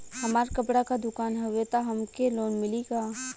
हमार कपड़ा क दुकान हउवे त हमके लोन मिली का?